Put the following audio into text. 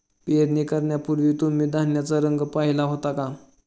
पेरणी करण्यापूर्वी तुम्ही धान्याचा रंग पाहीला होता का?